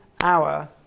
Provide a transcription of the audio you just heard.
hour